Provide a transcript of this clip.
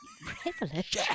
privilege